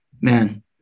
Man